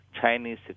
Chinese